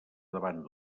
davant